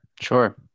Sure